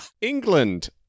England